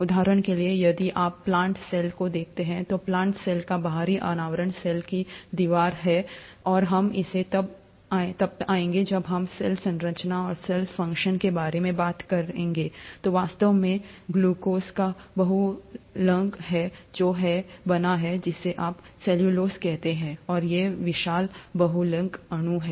उदाहरण के लिए यदि आप प्लांट सेल को देखते हैं तो प्लांट सेल का बाहरी आवरण सेल की दीवार है और हम इसे तब आएंगे जब हम सेल संरचना और सेल फ़ंक्शन के बारे में बात कर रहे हैं जो वास्तव में ग्लूकोज का बहुलक है जो है से बना है जिसे आप सेलूलोज़ कहते हैं और ये विशाल बहुलक अणु हैं